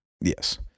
Yes